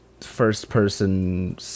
first-person